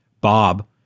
Bob